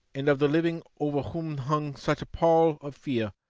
and of the living over whom hung such a pall of fear,